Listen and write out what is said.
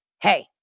hey